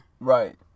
Right